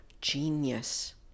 genius